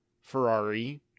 Ferrari